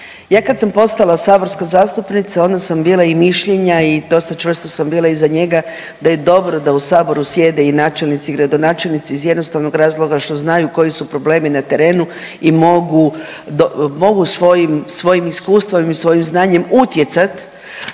Ja kad sam postala saborska zastupnica onda sam bila i mišljenja i dosta čvrsto sam bila iza njega da je dobro da u saboru sjede i načelnici i gradonačelnici iz jednostavnog razloga što znaju koji su problemi na terenu i mogu, mogu svojim, svojim iskustvom i svojim znanjem utjecat